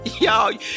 Y'all